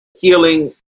healing